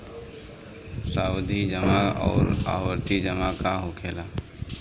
सावधि जमा आउर आवर्ती जमा का होखेला?